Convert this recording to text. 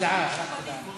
עברה להמשך דיון